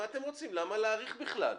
אז למה להאריך בכלל".